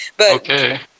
Okay